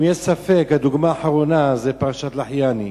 אם יש ספק, הדוגמה האחרונה זה פרשת לחיאני,